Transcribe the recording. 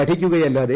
പഠിക്കുകയല്ലാതെ